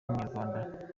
ubunyarwanda